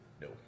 No